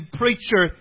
preacher